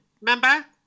remember